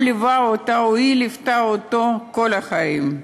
הוא ליווה אותה, או היא ליוותה אותו, כל החיים,